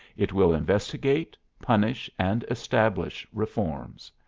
it will investigate, punish, and establish reforms.